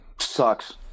sucks